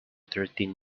thirteen